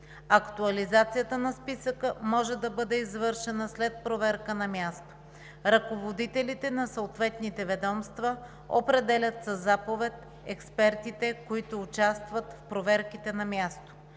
Актуализацията на списъка може да бъде извършена след проверка на място. Ръководителите на съответните ведомства определят със заповед експертите, които участват в проверките на място.